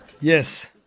Yes